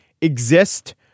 exist